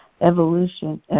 evolution